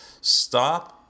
stop